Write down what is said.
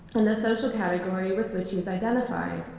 and the social category with which he's identified.